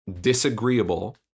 disagreeable